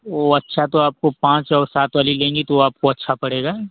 वह अच्छा तो आपको पाँच और सात वाली लेंगी तो वह आपको अच्छा पड़ेगा